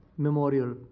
memorial